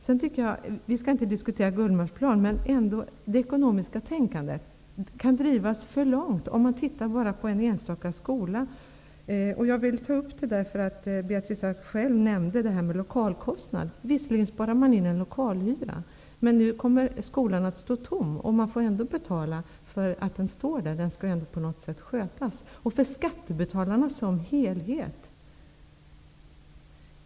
Vi skall inte diskutera komvuxgymnasiet vid Gullmarsplan, men det ekonomiska tänkandet kan på en enstaka skola drivas för långt. Jag vill ta upp detta därför att Beatrice Ask själv nämnde lokalkostnader. Visst kan man spara in en lokalhyra, men då kommer skolan att stå tom och man får ändå betala för dess skötsel.